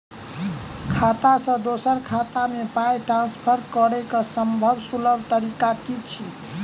खाता सँ दोसर खाता मे पाई ट्रान्सफर करैक सभसँ सुलभ तरीका की छी?